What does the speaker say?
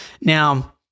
Now